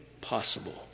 possible